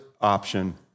option